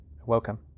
Welcome